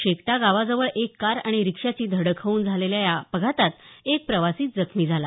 शेकटा गावाजवळ एक कार आणि रिक्षाची धडक होऊन झालेल्या या अपघातात एक प्रवासी जखमी झाला